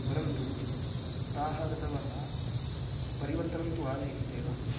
परन्तु ते ऋतवः परिवर्तनं तु आनयन्त्येव